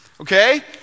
Okay